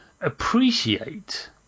appreciate